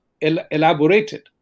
elaborated